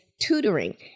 tutoring